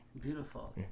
Beautiful